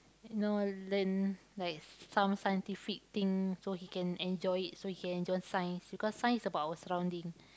you know learn like some scientific thing so he can enjoy it so he can enjoy science because science is about our surrounding